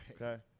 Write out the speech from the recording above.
okay